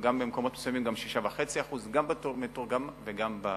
ובמקומות מסוימים זה עומד על 6.5% גם בתוכניות מתורגמות וגם ברגילות.